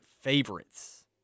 favorites